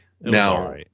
Now